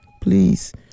Please